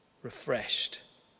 Refreshed